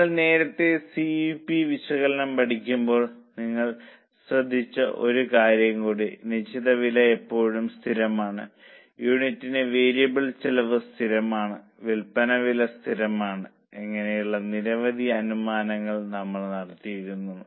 നമ്മൾ നേരത്തെ C V P വിശകലനം പഠിക്കുമ്പോൾ നിങ്ങൾ ശ്രദ്ധിച്ച ഒരു കാര്യം കൂടി നിശ്ചിത വില എപ്പോഴും സ്ഥിരമാണ് യൂണിറ്റിന് വേരിയബിൾ ചെലവ് സ്ഥിരമാണ് വിൽപ്പന വില സ്ഥിരമാണ് എന്നിങ്ങനെയുള്ള നിരവധി അനുമാനങ്ങൾ നമ്മൾ നടത്തിയിരുന്നു